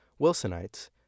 Wilsonites